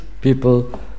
people